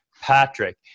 Patrick